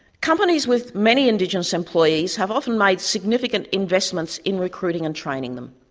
companies with many indigenous employees have often made significant investments in recruiting and training them.